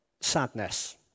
sadness